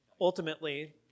ultimately